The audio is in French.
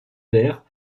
vert